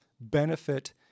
benefit